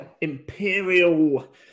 imperial